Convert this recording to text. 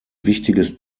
wichtiges